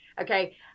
Okay